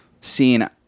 seen